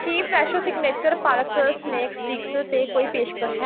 ਕੀ Fresho signature palak snack sticks 'ਤੇ ਕੋਈ ਪੇਸ਼ਕਸ਼ ਹੈ